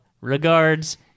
Regards